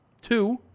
Two